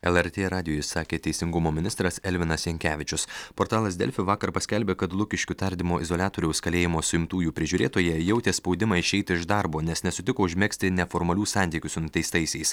lrt radijui sakė teisingumo ministras elvinas jankevičius portalas delfi vakar paskelbė kad lukiškių tardymo izoliatoriaus kalėjimo suimtųjų prižiūrėtoja jautė spaudimą išeiti iš darbo nes nesutiko užmegzti neformalių santykių su nuteistaisiais